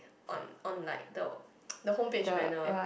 on on like the the home page banner